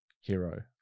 hero